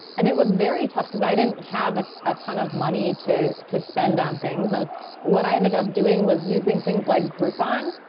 and it was very tough because i didn't have a ah ton of money to to spend on things. and what i ended up doing was using things like groupon,